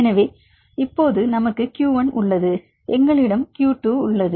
எனவே இப்போது நமக்கு q 1 உள்ளது எங்களிடம் q 2 உள்ளது